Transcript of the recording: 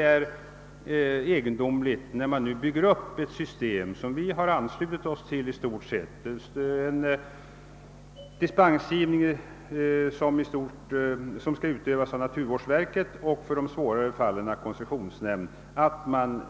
När det nu byggs upp ett system som vi i stort sett anslutit oss till, d.v.s. med dispens från naturvårdsverket och i de svårare fallen från koncessionsnämnden, tycker